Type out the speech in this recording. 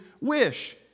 wish